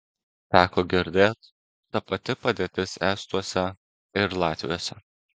teko girdėt ta pati padėtis estuose ir latviuose